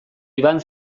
iban